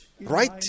Right